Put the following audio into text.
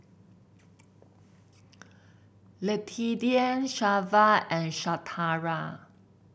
Letitia Shelva and Shatara